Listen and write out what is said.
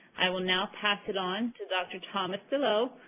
i will now pass it on to dr. thomas deloe,